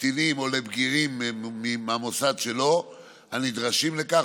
לקטינים או לבגירים מהמוסד שלו הנדרשים לכך